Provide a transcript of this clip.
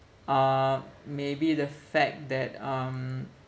uh maybe the fact that um